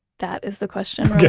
that is the question,